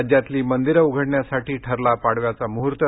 राज्यातली मंदिरं उघडण्यासाठी ठरला पाडव्याचा मुहूर्त